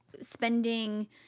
spending